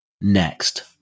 Next